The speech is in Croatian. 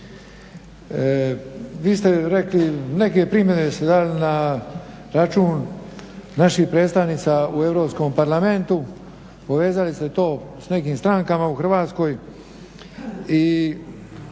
Vi ste rekli, neke primjedbe ste dali na račun naših predstavnica u Europskom parlamentu, povezali ste to s nekim strankama u Hrvatskoj i